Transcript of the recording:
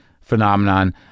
phenomenon